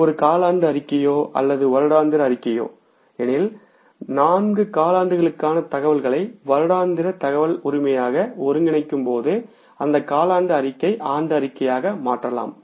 இது ஒரு காலாண்டு அறிக்கையோ அல்லது வருடாந்திர அறிக்கையோ எனில் நான்கு காலாண்டுகளுக்கான தகவலை ஒருங்கிணைக்கும்போது அது வருடாந்திர தகவ லாகும் அந்த காலாண்டு அறிக்கையை ஆண்டு அறிக்கையாக மாற்றலாம்